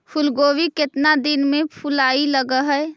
फुलगोभी केतना दिन में फुलाइ लग है?